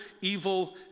evil